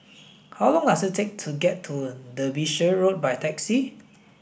how long does it take to get to Derbyshire Road by taxi